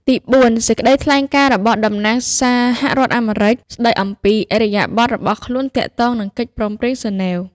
ទីបួន សេចក្តីថ្លែងការណ៍ របស់តំណាងសហរដ្ឋអាមេរិក ស្តីអំពីឥរិយាបថរបស់ខ្លួនទាក់ទងនឹងកិច្ច ព្រមព្រៀងហ្សឺណែវ។